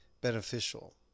beneficial